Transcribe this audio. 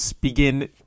begin